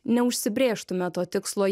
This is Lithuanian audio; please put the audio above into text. neužsibrėžtume to tikslo